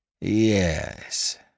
Yes